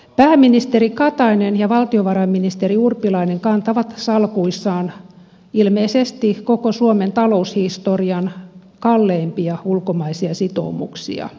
pääministeri katainen ja valtiovarainministeri urpilainen kantavat salkuissaan ilmeisesti koko suomen taloushistorian kalleimpia ulkomaisia sitoumuksia